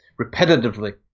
repetitively